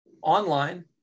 online